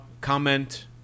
comment